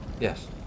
Yes